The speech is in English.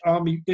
Army